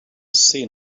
seen